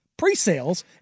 presales